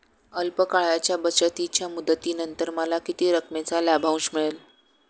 अल्प काळाच्या बचतीच्या मुदतीनंतर मला किती रकमेचा लाभांश मिळेल?